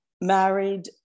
married